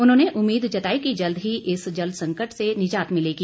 उन्होंने उम्मीद जताई कि जल्द ही इस जल संकट से निजात मिलेगी